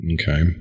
Okay